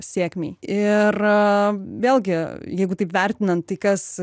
sėkmei ir vėlgi jeigu taip vertinant tai kas